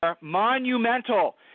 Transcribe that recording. monumental